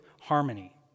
harmony